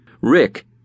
Rick